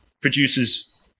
produces